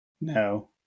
no